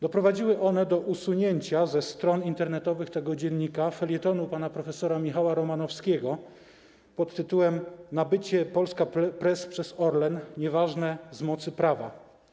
Doprowadziły one do usunięcia ze stron internetowych tego dziennika felietonu pana prof. Michała Romanowskiego pt. „Nabycie Polska Press przez Orlen nieważne z mocy prawa”